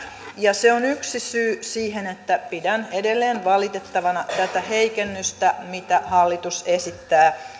ja se on yksi syy siihen että pidän edelleen valitettavana tätä heikennystä mitä hallitus esittää